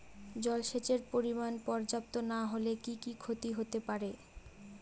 জলসেচের পরিমাণ পর্যাপ্ত না হলে কি কি ক্ষতি হতে পারে?